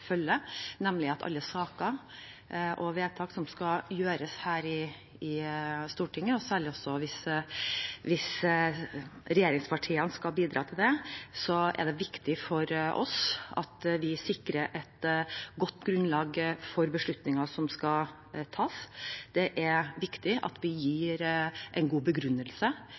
følger, og i alle saker og vedtak som skal gjøres her i Stortinget – særlig hvis regjeringspartiene skal bidra til det – er det viktig for oss at vi sikrer et godt grunnlag for beslutninger som skal tas. Det er viktig at vi gir en god begrunnelse